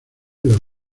las